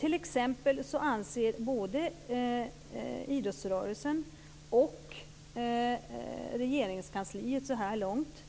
T.ex. anser både idrottsrörelsen och Regeringskansliet, så här långt,